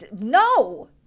No